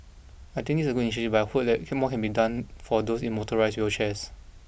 I think is a good initiative but I hope that can more can be done for those in motorised wheelchairs